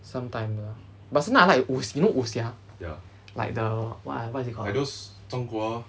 sometime lah but sometimes I like 武 you know 武侠 like the what ah what is it called ah